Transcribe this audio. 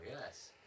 yes